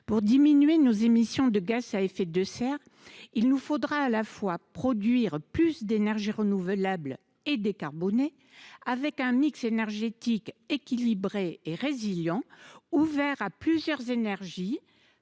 pour diminuer nos émissions de gaz à effet de serre, il nous faudra produire plus d’énergie renouvelable et décarbonée, avec un énergétique équilibré et résilient, ouvert à plusieurs énergies